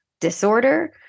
disorder